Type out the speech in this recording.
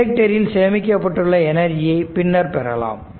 இண்டக்ரில் சேமிக்கப்பட்டுள்ள எனர்ஜியை பின்னர் பெறலாம்